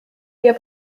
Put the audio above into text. ihr